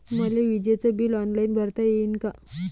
मले विजेच bill online भरता येईन का?